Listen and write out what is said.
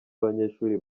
abanyeshuri